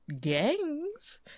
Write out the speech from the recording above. gangs